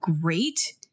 great